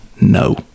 No